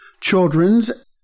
Children's